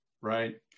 right